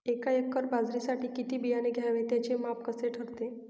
एका एकर बाजरीसाठी किती बियाणे घ्यावे? त्याचे माप कसे ठरते?